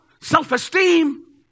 self-esteem